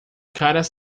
caras